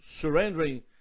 surrendering